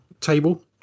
table